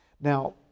Now